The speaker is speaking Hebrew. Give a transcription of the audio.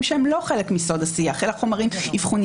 שהם לא חלק מסוד השיח אלא חומרים אבחוניים וכו'.